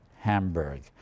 Hamburg